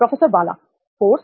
professor Bala course